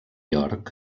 york